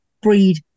breed